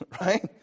right